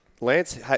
Lance